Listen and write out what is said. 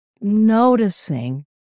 noticing